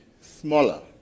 smaller